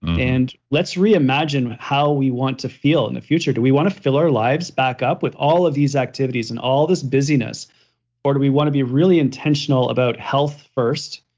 and let's reimagine how we want to feel in the future. do we want to fill our lives back up with all of these activities and all this busyness or do we want to be really intentional about health first,